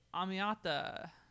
amiata